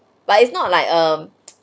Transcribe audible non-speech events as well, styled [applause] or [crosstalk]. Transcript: but it's not like um [noise]